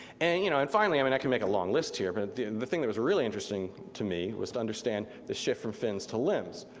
and you know and finally, um and i can make a long list here, but the the thing that was really interesting to me was to understand the shift from fins to limbs.